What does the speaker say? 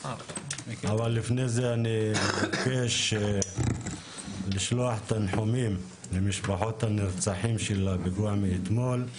אבל לפני זה אני מבקש לשלוח תנחומים למשפחות הנרצחים של הפיגוע מאתמול,